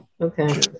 okay